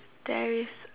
there is